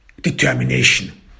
determination